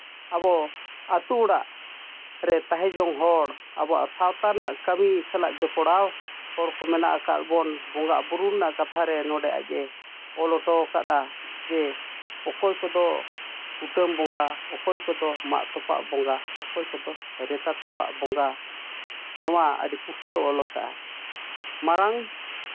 ᱟᱵᱚ ᱟᱹᱛᱩ ᱚᱲᱟᱜ ᱨᱮ ᱛᱟᱦᱮᱸ ᱡᱚᱝ ᱦᱚᱲ ᱟᱵᱚᱣᱟᱜ ᱥᱟᱶᱛᱟ ᱨᱮᱱᱟᱜ ᱠᱟᱹᱢᱤ ᱥᱟᱞᱟᱜ ᱡᱚᱯᱲᱟᱣ ᱦᱚᱲ ᱠᱚ ᱢᱮᱱᱟᱜ ᱟᱠᱟᱫ ᱵᱚᱱ ᱵᱚᱸᱜᱟᱼᱵᱩᱨᱩ ᱨᱮᱱᱟᱜ ᱠᱟᱛᱷᱟᱨᱮ ᱱᱚᱸᱰᱮ ᱟᱡᱼᱮ ᱚᱞ ᱦᱚᱴᱚ ᱟᱠᱟᱫᱟ ᱡᱮ ᱚᱠᱚᱭ ᱠᱚᱫᱚ ᱠᱩᱴᱟᱹᱢ ᱵᱚᱸᱜᱟ ᱚᱠᱚᱭ ᱠᱚᱫᱚ ᱢᱟᱜ ᱛᱚᱯᱟᱜ ᱵᱚᱸᱜᱟ ᱚᱠᱚᱭ ᱠᱚᱫᱚ ᱨᱮᱛᱟ ᱛᱚᱯᱟᱜ ᱵᱚᱸᱜᱟ ᱱᱚᱣᱟ ᱟᱹᱰᱤ ᱯᱩᱥᱴᱟᱹᱣ ᱚᱞ ᱠᱟᱜᱼᱟᱭ ᱢᱟᱲᱟᱝ